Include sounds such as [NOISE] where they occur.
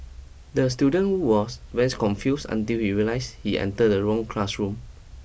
the student was [UNINTELLIGIBLE] confused until he realised he entered the wrong classroom